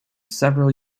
several